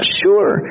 sure